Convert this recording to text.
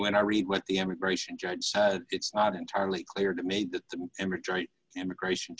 when i read what the immigration judge it's not entirely clear to me the immigration